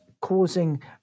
causing